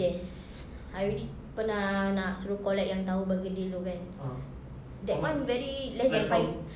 yes I already pernah nak suruh collect yang tahu bergedil itu kan that one very less than five